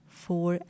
four